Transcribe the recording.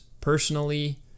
personally